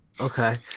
Okay